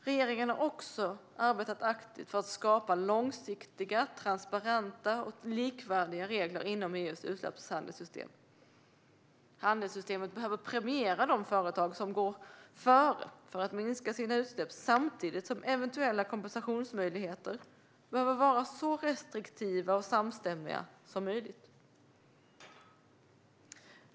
Regeringen har också arbetat aktivt för att skapa långsiktiga, transparenta och likvärdiga regler inom EU:s utsläppshandelssystem. Handelssystemet behöver premiera de företag som går före för att minska sina utsläpp samtidigt som eventuella kompensationsmöjligheter behöver vara så restriktiva och samstämmiga som möjligt.